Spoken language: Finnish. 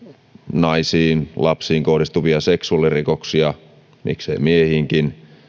naisiin ja lapsiin kohdistuvia seksuaalirikoksia mikseivät miehiinkin